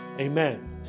amen